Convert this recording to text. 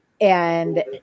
and-